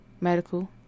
medical